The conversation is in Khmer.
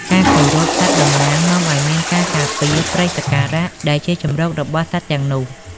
ការគោរពសត្វតំណាងនាំឱ្យមានការការពារ "ព្រៃសក្ការៈ" ដែលជាជម្រករបស់សត្វទាំងនោះ។